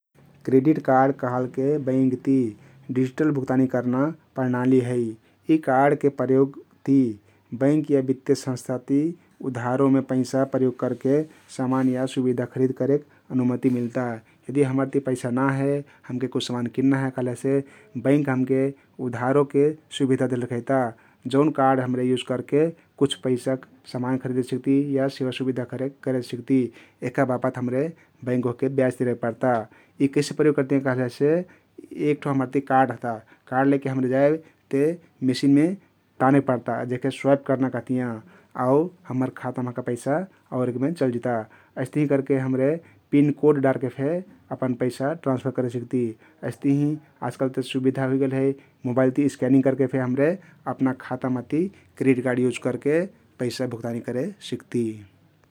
Credit card कहलके bank ति digital भुक्तानी कर्ना प्रणाली हइ । यी कार्डके प्रयोगति बैंक या बित्तिय संस्था ति उधारोमे पैसा प्रयोग करके समान या सुबिधा खरिद करेक अनुमती मिल्ता । यदि हम्मर ति पैसा नाहे हमके कुछ समान किन्ना हे कहलेसे बैंक हमके उधारोके सुबिधा देहले रखैता जउन कार्डके हम्रे युज करके कुछ सामानखरिदे सकती या सेवासुबिधा करे सक्ती । यहका बापत हम्रे बैंक ओहके ब्याज तिरे पर्ता । यी कैसे प्रयोग करतियाँ कहलेसे एक ठो हम्मर तिया कार्ड तहता । कार्ड लैके हम्रे जाइब ते मेसिनमे तानेक पर्ता जेहके स्वयप कर्ना कहतियाँ आउ हम्मर खाता महका पैसा आउरेकमे चलजिता । अइस्तहिं करके हमरे पिन कोड डारके फे अपन पैसा ट्रान्सफर करे सिक्ती । अइस्तहिं आजकालते सुबिधा हुइगेल हइ मोबाईल ति स्क्यानिङ्ग करके हम्रे अपना खाता महती क्रेडिट कार्ड युज करके पैसा भुक्तानी करे सिक्ती ।